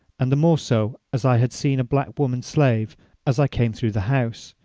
and the more so as i had seen a black woman slave as i came through the house,